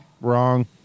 wrong